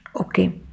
Okay